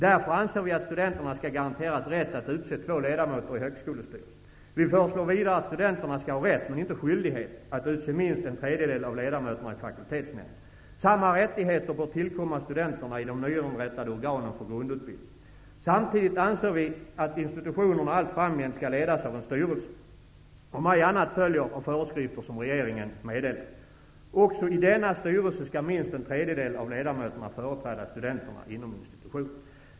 Därför anser vi att studenterna skall garanteras rätt att utse två ledamöter i högskolestyrelsen. Vi föreslår vidare att studenterna skall ha rätt men inte skyldighet att utse minst en tredjedel av ledamöterna i fakultetsnämnder. Samma rättigheter bör tillkomma studenterna i de nyinrättade organen för grundutbildning. Samtidigt anser vi att institutionerna allt framgent skall ledas av en styrelse, om ej annat följer av föreskrifter som regeringen meddelar. Också i denna styrelse skall minst en tredjedel av ledamöterna företräda studenterna inom institutionen.